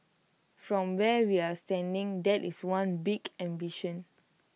from where we're standing that is one big ambition